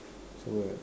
so right